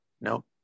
no